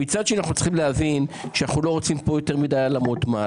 מצד שני אנחנו צריכים להבין שאנחנו לא רוצים פה יותר מדי העלמות מס,